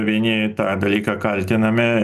vieni tą dalyką kaltiname